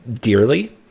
dearly